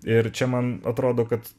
ir čia man atrodo kad